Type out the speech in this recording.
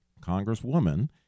congresswoman